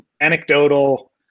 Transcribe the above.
anecdotal